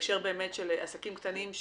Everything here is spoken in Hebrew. בהקשר לעסקים קטנים,